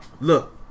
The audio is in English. Look